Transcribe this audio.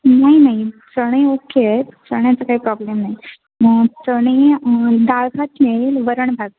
नाही नाही चणे ओके आहेत चण्याचा काही प्रॉब्लेम नाही चणे दाळभात मिळेल वरणभात